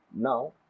Now